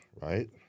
Right